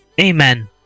Amen